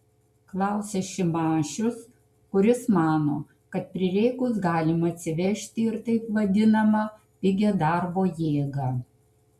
klausia šimašius kuris mano kad prireikus galima atsivežti ir taip vadinamą pigią darbo jėgą